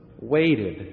waited